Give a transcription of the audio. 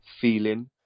feeling